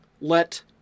Let